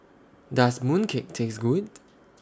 Does Mooncake Taste Good